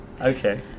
Okay